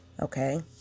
Okay